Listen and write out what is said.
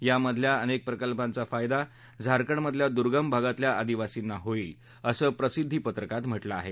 या मधल्या अनेक प्रकल्पाचा फायदा झारखंडमधल्या दुर्गम भागातल्या आदिवासींना होईल असं प्रसिद्धी पत्रकात म्हटलं आहे